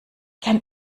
kann